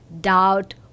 doubt